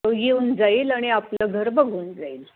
तो येऊन जाईल आणि आपलं घर बघून जाईल